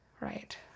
Right